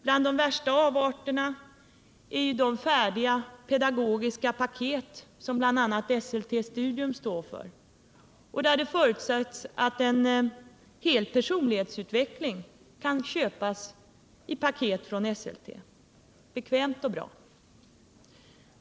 Bland de värsta avarterna är de färdiga pedagogiska paket som bl.a. Esselte studium står för och där det förutsätts att en hel personlighetsutveckling kan köpas i paket från Esselte. Bekvämt och bra!